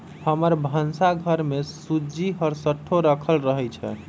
हमर भन्सा घर में सूज्ज़ी हरसठ्ठो राखल रहइ छै